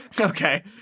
Okay